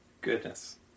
Goodness